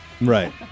Right